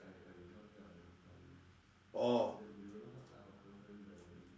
oh